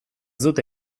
dute